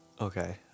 Okay